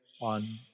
on